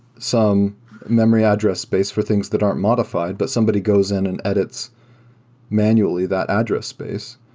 some memory address space for things that aren't modified but somebody goes in and edits manually that address space.